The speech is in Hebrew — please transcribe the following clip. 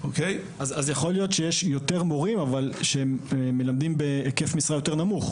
אז יכול להיות שיש יותר מורים אבל שהם מלמדים בהיקף משרה נמוך יותר,